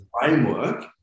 framework